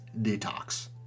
detox